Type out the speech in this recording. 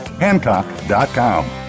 Hancock.com